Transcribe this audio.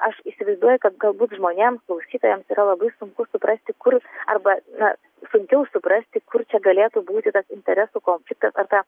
aš įsivaizduoju kad galbūt žmonėms klausytojams yra labai sunku suprasti kur arba na sunkiau suprasti kur čia galėtų būti tas interesų konfliktas ar ta